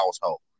household